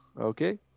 Okay